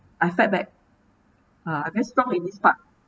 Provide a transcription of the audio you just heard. I fight back ah I very strong in this part